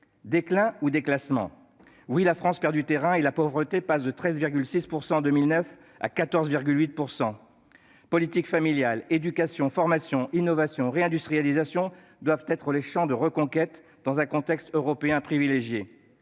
Déclin ou déclassement ? Oui, la France perd du terrain. Le taux de pauvreté, passé de 13,6 % en 2009 à 14,8 % aujourd'hui, en témoigne. Politique familiale, éducation, formation, innovation, réindustrialisation doivent être les champs de reconquête, dans un contexte européen privilégié.